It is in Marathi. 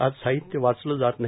आज साहित्य वाचलं जात नाही